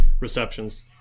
receptions